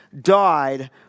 died